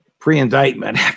pre-indictment